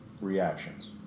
reactions